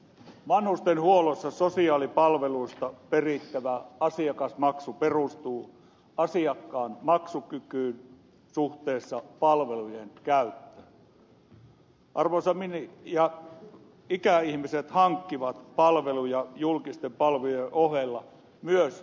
vanhustenhuollossa sosiaalipalveluista perittävä asiakasmaksu perustuu asiakkaan maksukykyyn suhteessa palvelujen käyttöön ja ikäihmiset hankkivat palveluja julkisten palvelujen ohella myös yksityisiltä